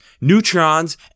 Neutrons